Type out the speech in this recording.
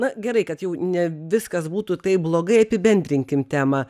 na gerai kad jau ne viskas būtų taip blogai apibendrinkim temą